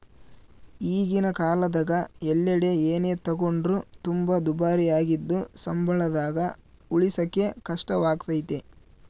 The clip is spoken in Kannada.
ಈಗಿನ ಕಾಲದಗ ಎಲ್ಲೆಡೆ ಏನೇ ತಗೊಂಡ್ರು ತುಂಬಾ ದುಬಾರಿಯಾಗಿದ್ದು ಸಂಬಳದಾಗ ಉಳಿಸಕೇ ಕಷ್ಟವಾಗೈತೆ